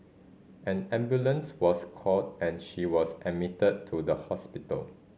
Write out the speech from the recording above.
an ambulance was called and she was admitted to the hospital